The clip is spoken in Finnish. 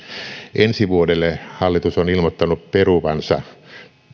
ensi vuodelle hallitus on ilmoittanut peruvansa